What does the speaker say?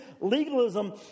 legalism